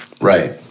Right